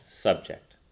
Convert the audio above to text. subject